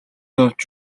зовж